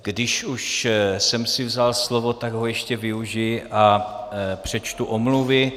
Když už jsem si vzal slovo, tak ho ještě využiji a přečtu omluvy.